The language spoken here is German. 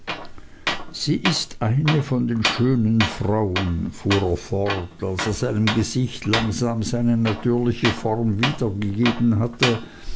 sie ist eine von den schönen frauen fuhr er fort als er seinem gesicht langsam seine natürliche form wiedergegeben hatte